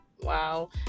Wow